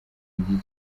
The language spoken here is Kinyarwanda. igihe